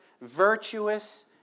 virtuous